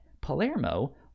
Palermo